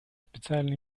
специальный